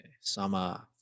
Sama